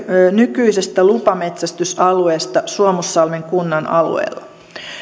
nykyisestä lupametsästysalueesta suomussalmen kunnan alueella